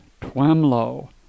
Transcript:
Twemlow